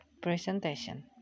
presentation